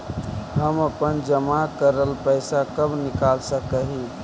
हम अपन जमा करल पैसा कब निकाल सक हिय?